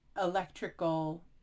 electrical